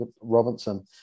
Robinson